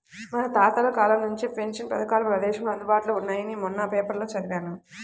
మన తాతల కాలం నుంచే పెన్షన్ పథకాలు మన దేశంలో అందుబాటులో ఉన్నాయని మొన్న పేపర్లో చదివాను